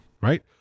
right